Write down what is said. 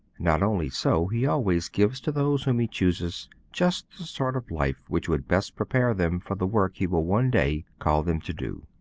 not only so, he always gives to those whom he chooses just the sort of life which will best prepare them for the work he will one day call them to do.